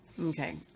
Okay